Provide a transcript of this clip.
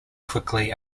quickly